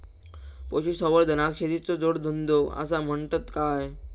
पशुसंवर्धनाक शेतीचो जोडधंदो आसा म्हणतत काय?